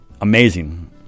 amazing